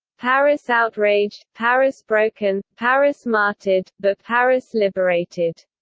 paris outraged, paris broken, paris martyred, but paris liberated!